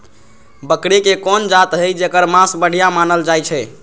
बकरी के कोन जात हई जेकर मास बढ़िया मानल जाई छई?